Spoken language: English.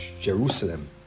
Jerusalem